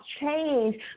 change